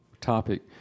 topic